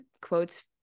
quotes